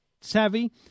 savvy